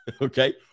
Okay